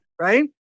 right